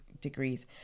degrees